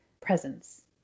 presence